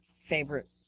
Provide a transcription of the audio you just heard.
favorite